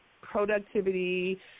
productivity